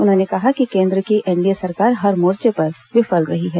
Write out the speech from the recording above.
उन्होंने कहा कि केंद्र की एनडीए सरकार हर मोर्चे पर विफल रही है